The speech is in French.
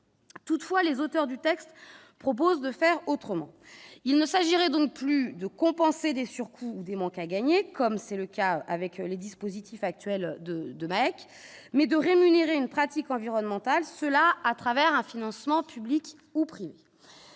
Toutefois, les auteurs du texte propose de faire autrement, il ne s'agirait donc plus de compenser des surcoûts ou des manques à gagner, comme c'est le cas avec les dispositifs actuels de de mecs mais de rémunérer une pratique environnementale cela à travers un financement public ou privé,